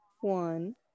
one